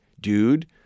dude